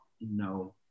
No